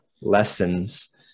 lessons